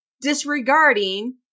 disregarding